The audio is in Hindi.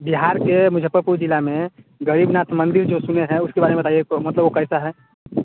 बिहार के मुज़फ़्फ़रपुर ज़िले में गरीबनाथ मंदिर जो सुने है उसके बारे में बताइए मतलब वह कैसा है